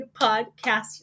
Podcast